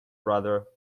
brother